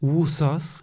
وُہ ساس